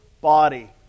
body